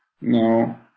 No